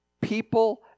people